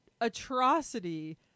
atrocity